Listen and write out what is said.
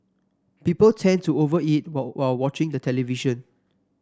people tend to over eat while watching the television